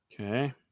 Okay